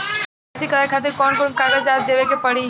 KYC करवावे खातिर कौन कौन कागजात देवे के पड़ी?